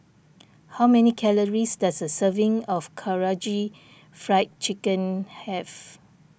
how many calories does a serving of Karaage Fried Chicken have